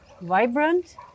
vibrant